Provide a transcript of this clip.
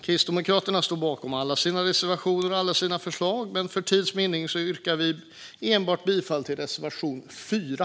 Kristdemokraterna står bakom alla sina reservationer och förslag, men för tids vinning yrkar vi enbart bifall till reservation 4.